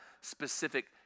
specific